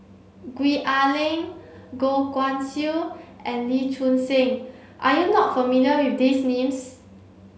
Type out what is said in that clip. Gwee Ah Leng Goh Guan Siew and Lee Choon Seng are you not familiar with these names